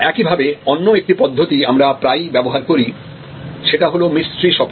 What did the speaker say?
একইভাবে অন্য একটা পদ্ধতি আমরা প্রায়ই ব্যবহার করি সেটা হলো মিস্ট্রি শপিং